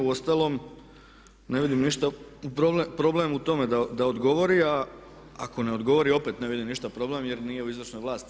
Uostalom ne vidim ništa problem u tome da odgovori a ako ne odgovori opet ne vidim ništa problem jer nije u izvršnoj vlasti.